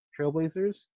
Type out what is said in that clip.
Trailblazers